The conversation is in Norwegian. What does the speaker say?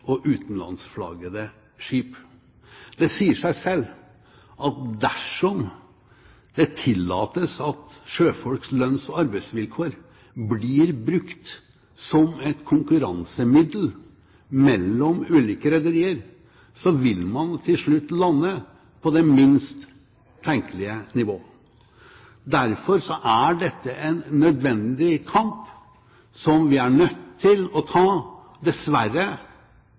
og utenlandskflaggede skip. Det sier seg selv at dersom det tillates at sjøfolks lønns- og arbeidsvilkår blir brukt som et konkurransemiddel mellom ulike rederier, vil man til slutt lande på det minst tenkelige nivå. Derfor er dette en kamp vi er nødt til å ta, dessverre